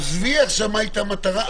עזבי עכשיו מה הייתה המטרה.